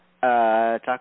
talk